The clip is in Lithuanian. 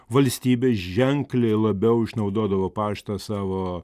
valstybė ženkliai labiau išnaudodavo paštą savo